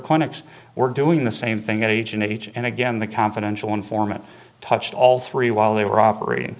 clinics were doing the same thing as agent h and again the confidential informant touched all three while they were operating